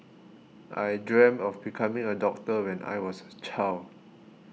I dreamt of becoming a doctor when I was a child